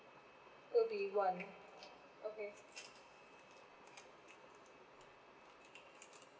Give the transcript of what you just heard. will be one okay